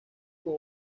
con